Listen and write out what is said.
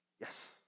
Yes